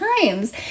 times